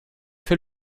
fait